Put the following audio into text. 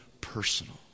personal